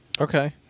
okay